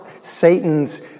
Satan's